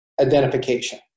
identification